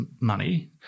money